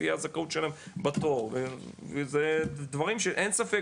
לפי הזכאות שלהם בתור וזה דברים שאין ספק